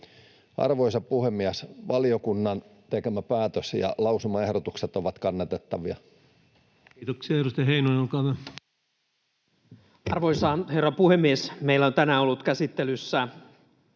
Arvoisa puhemies! Valiokunnan tekemä päätös ja lausumaehdotukset ovat kannatettavia. Kiitoksia. — Edustaja Heinonen, olkaa hyvä. Arvoisa herra puhemies! Meillä on tänään ollut käsittelyssä